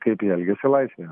kaip jie elgiasi laisvėje